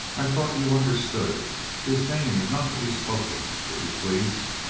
i thought you understood his name is not to be spoken, if you please.